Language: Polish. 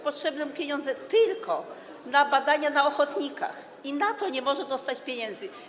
Potrzebne mu pieniądze tylko na badania na ochotnikach i na to nie może dostać pieniędzy.